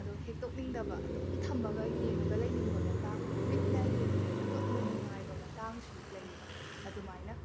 ꯑꯗꯣ ꯍꯦꯛꯇꯣꯛꯅꯤꯡꯗꯕ ꯑꯗꯨꯝ ꯊꯝꯃꯒ ꯌꯦꯡꯉꯒ ꯂꯩꯅꯤꯡꯕ ꯃꯇꯥꯡ ꯃꯤꯠꯅ ꯌꯦꯡꯕꯗ ꯌꯥꯝꯅ ꯅꯨꯡꯉꯥꯏꯕ ꯃꯇꯥꯡꯁꯨ ꯂꯩꯌꯦꯕ ꯑꯗꯨꯃꯥꯏꯅ